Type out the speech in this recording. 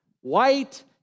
white